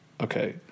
Okay